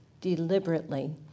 deliberately